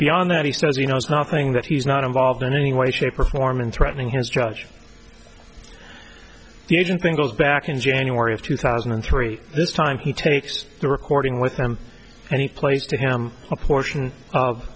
beyond that he says he knows nothing that he's not involved in any way shape or form and threatening his judge the agent thing goes back in january of two thousand and three this time he takes the recording with them and he plays to have a portion of